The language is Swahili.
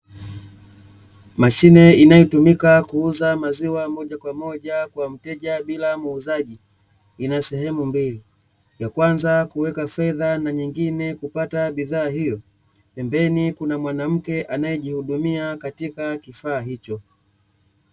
Mashine inayotumika kuuza maziwa moja kwa moja bila muuzaji, ina sehemu mbili; ya kwanza kuweka fedha na nyingine kupata bidhaa hiyo. Pembeni kuna mwanamke anayejihudumia katika kifaa hicho.